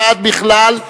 ועד בכלל,